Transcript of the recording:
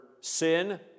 sin